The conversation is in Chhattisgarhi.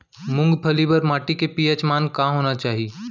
मूंगफली बर माटी के पी.एच मान का होना चाही?